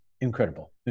incredible